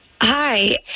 Hi